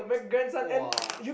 !wah!